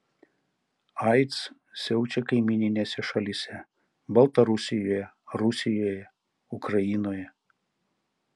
aids siaučia kaimyninėse šalyse baltarusijoje rusijoje ukrainoje